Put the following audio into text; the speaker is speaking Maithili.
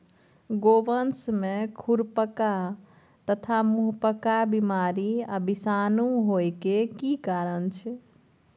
गोवंश में खुरपका तथा मुंहपका बीमारी आ विषाणु होय के की कारण छै?